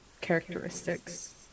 characteristics